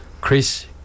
Chris